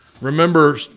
Remember